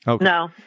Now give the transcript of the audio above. No